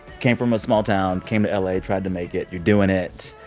came from a small town, came to la, tried to make it. you're doing it.